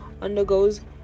undergoes